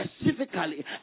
specifically